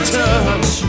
touch